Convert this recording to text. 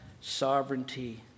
sovereignty